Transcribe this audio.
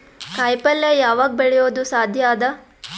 ಕಾಯಿಪಲ್ಯ ಯಾವಗ್ ಬೆಳಿಯೋದು ಸಾಧ್ಯ ಅದ?